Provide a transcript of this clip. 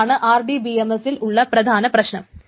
ഇതാണ് RDBMS ൽ ഉള്ള പ്രധാന പ്രശ്നം